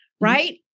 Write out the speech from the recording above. right